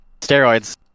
Steroids